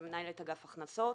ומנהלת אגף הכנסות.